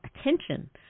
attention